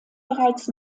bereits